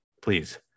please